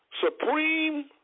supreme